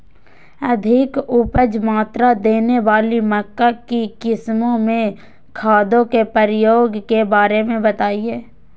अधिक उपज मात्रा देने वाली मक्का की किस्मों में खादों के प्रयोग के बारे में बताएं?